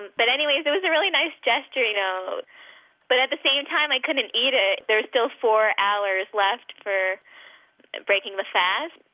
but anyway, it was a really nice gesture. you know but at the same time, i couldn't eat it. there was still four hours left for breaking the fast.